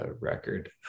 record